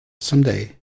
someday